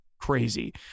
crazy